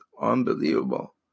Unbelievable